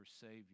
Savior